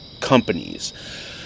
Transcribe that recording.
companies